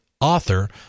author